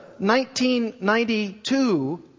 1992